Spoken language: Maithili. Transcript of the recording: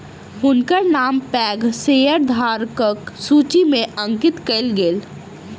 हुनकर नाम पैघ शेयरधारकक सूचि में अंकित कयल गेल